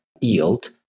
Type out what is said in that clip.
yield